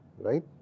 right